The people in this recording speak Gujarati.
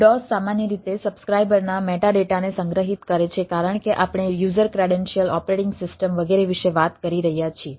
DOS સામાન્ય રીતે સબ્સ્ક્રાઇબરના મેટાડેટાને સંગ્રહિત કરે છે કારણ કે આપણે યુઝર ક્રેડેન્શિયલ ઓપરેટિંગ સિસ્ટમ વગેરે વિશે વાત કરી રહ્યા છીએ